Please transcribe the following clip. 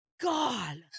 God